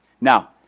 Now